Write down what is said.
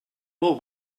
will